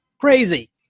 Crazy